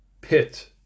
pit